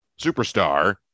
superstar